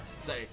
say